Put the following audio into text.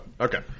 Okay